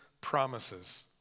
promises